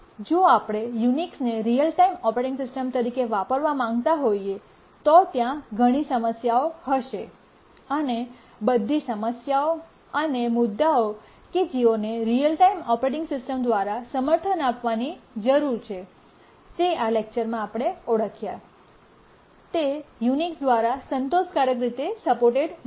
જો આપણે યુનિક્સને રીઅલ ટાઇમ ઓપરેટિંગ સિસ્ટમ તરીકે વાપરવા માંગતા હોઈએ તો ત્યાં ઘણી સમસ્યાઓ હશે અને બધી સમસ્યાઓ અને મુદ્દાઓ કે જેઓને રીઅલ ટાઇમ ઓપરેટિંગ સિસ્ટમ દ્વારા સમર્થન આપવાની જરૂર છે તે આ લેક્ચરમાં આપણે ઓળખ્યા તે યુનિક્સ દ્વારા સંતોષકારક રીતે સપોર્ટેડ નથી